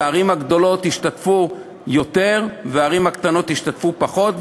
והערים הגדולות ישתתפו יותר והערים הקטנות ישתתפו פחות.